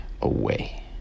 away